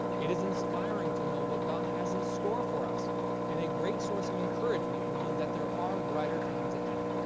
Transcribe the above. it is inspiring to know what god has in store of us and a great source of encouragement knowing that there are brighter times ahead.